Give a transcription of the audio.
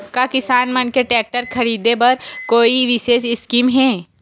का किसान मन के टेक्टर ख़रीदे बर कोई विशेष स्कीम हे?